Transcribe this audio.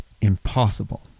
impossible